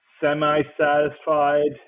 semi-satisfied